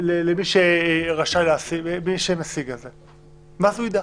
למי שמשיג על זה, ואז הוא יידע.